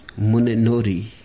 Munenori